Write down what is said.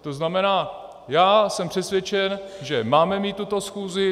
To znamená, jsem přesvědčen, že máme mít tuto schůzi.